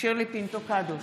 שירלי פינטו קדוש,